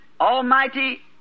almighty